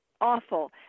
awful